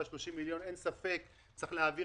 ה-30 מיליון שקל אין ספק שצריך להעביר